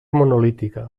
monolítica